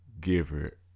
giver